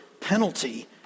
penalty